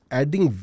adding